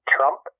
Trump